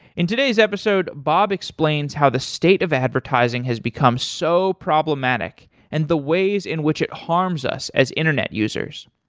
in today's episode, bob explains how the state of advertising has become so problematic and the ways in which it harms us as internet users.